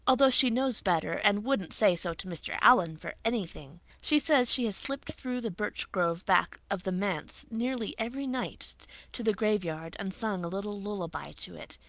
although she knows better and wouldn't say so to mr. allan for anything. she says she has slipped through the birch grove back of the manse nearly every night to the graveyard and sung a little lullaby to it.